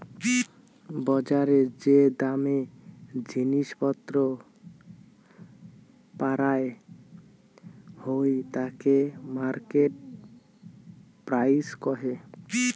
বজারে যে দামে জিনিস পত্র পারায় হই তাকে মার্কেট প্রাইস কহে